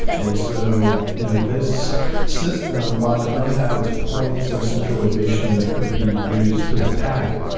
and so you know this system, while it does have its points of centralization that could be used to attack,